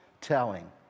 telling